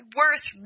worth